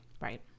Right